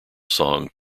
song